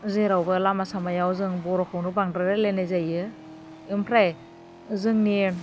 जेरावबो लामा सामायाव जों बर'खौनो बांद्राय रायलायनाय जायो ओमफ्राय जोंनि